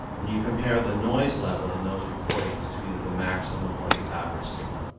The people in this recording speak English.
when you compare the noise level in those recordings to either the maximum or the average signal.